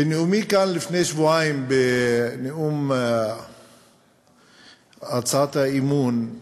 בנאומי כאן לפני שבועיים, בנאום הצעת האי-אמון,